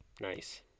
Nice